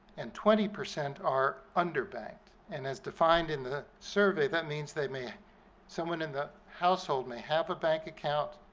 and twenty percent are underbanked. and as defined in the survey that means they may someone in the household may have a bank account,